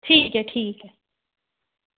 ठीक ऐ ठीक ऐ